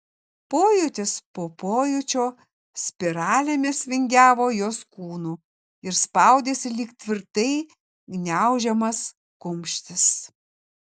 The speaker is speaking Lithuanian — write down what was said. pojūtis po pojūčio spiralėmis vingiavo jos kūnu ir spaudėsi lyg tvirtai gniaužiamas kumštis